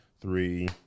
three